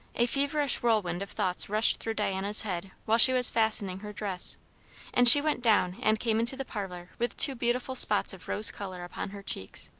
a feverish whirlwind of thoughts rushed through diana's head while she was fastening her dress and she went down and came into the parlour with two beautiful spots of rose colour upon her cheeks.